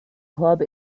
club